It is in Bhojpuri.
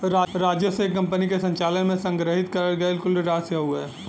राजस्व एक कंपनी के संचालन में संग्रहित करल गयल कुल राशि हउवे